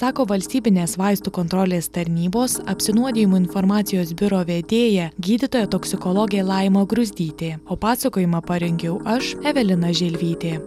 sako valstybinės vaistų kontrolės tarnybos apsinuodijimų informacijos biuro vedėja gydytoja toksikologė laima gruzdytė o pasakojimą parengiau aš evelina želvytė